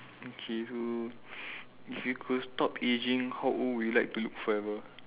okay so if you could stop ageing how old would you like to look forever